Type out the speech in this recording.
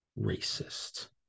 racist